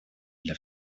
для